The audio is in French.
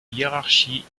hiérarchie